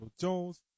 Jones